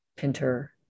Pinter